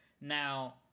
Now